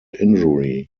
injury